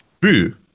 Boo